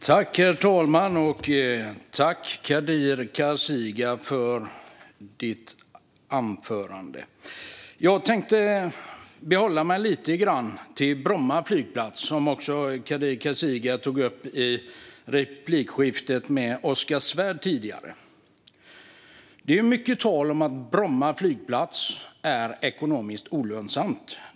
Herr talman! Tack, Kadir Kasirga, för anförandet! Jag tänkte uppehålla mig lite grann vid Bromma flygplats som Kadir Kasirga tog upp också i replikskiftet med Oskar Svärd tidigare. Det är mycket tal om att Bromma flygplats är ekonomiskt olönsam.